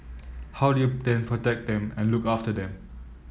how do you then protect them and look after them